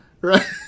right